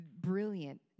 brilliant